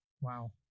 Wow